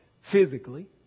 physically